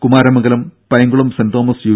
കുമാരമംഗലം കൈങ്കുളം സെന്റ് Thomas U